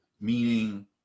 meaning